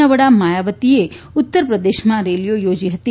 ના વડા માયાવતીએ ઉત્તરપ્રદેશમાં રેલીઓ યોજી હતી